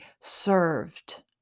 served